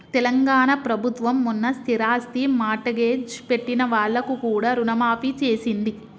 తెలంగాణ ప్రభుత్వం మొన్న స్థిరాస్తి మార్ట్గేజ్ పెట్టిన వాళ్లకు కూడా రుణమాఫీ చేసింది